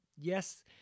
yes